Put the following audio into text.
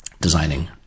Designing